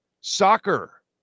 soccer